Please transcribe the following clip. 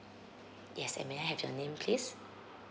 yes and may I have your name please